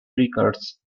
records